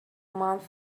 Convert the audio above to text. month